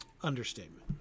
understatement